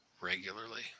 regularly